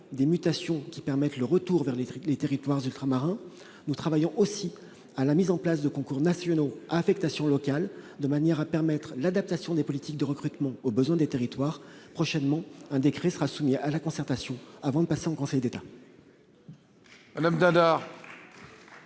des mutations qui permettent le retour vers les territoires ultramarins, nous travaillons aussi à la mise en place de concours nationaux à affectation locale, de manière à rendre possible l'adaptation des politiques de recrutement aux besoins des territoires. Prochainement, un décret sera soumis à la concertation, avant de passer en Conseil d'État.